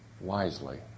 wisely